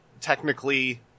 Technically